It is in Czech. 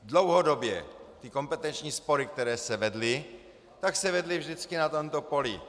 Dlouhodobě kompetenční spory, které se vedly, se vedly vždycky na tomto poli.